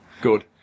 Good